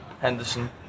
Henderson